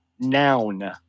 noun